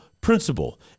principle